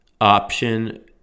option